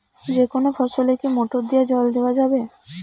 যেকোনো ফসলে কি মোটর দিয়া জল দেওয়া যাবে?